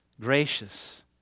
gracious